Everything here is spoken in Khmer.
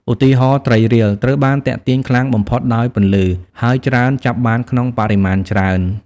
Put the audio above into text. ឧទាហរណ៍ ត្រីរៀល ត្រូវបានទាក់ទាញខ្លាំងបំផុតដោយពន្លឺ ហើយច្រើនចាប់បានក្នុងបរិមាណច្រើន។